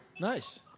Nice